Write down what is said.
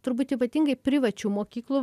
turbūt ypatingai privačių mokyklų